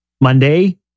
Monday